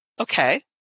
Okay